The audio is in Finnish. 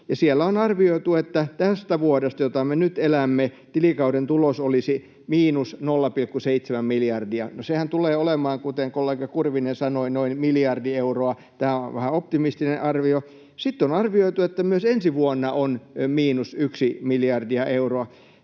siellä on arvioitu, että tältä vuodelta, jota me nyt elämme, tilikauden tulos olisi miinus 0,7 miljardia. No, sehän tulee olemaan, kuten kollega Kurvinen sanoi, noin miljardi euroa. Tämä on vähän optimistinen arvio. Sitten on arvioitu, että myös ensi vuonna on miinus 1 miljardi euroa.